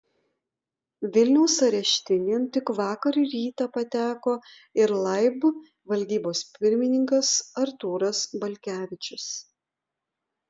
vilniaus areštinėn tik vakar rytą pateko ir laib valdybos pirmininkas artūras balkevičius